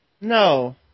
No